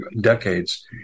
decades